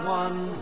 one